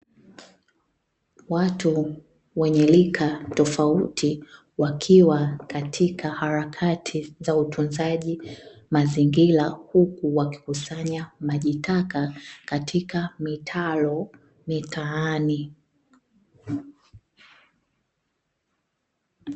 Watu wenye rika tofauti wakiwa katika harakati za utunzaji mazingira huku wakikusanya maji taka katika mitaro mitaani.